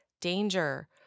danger